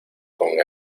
con